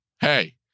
hey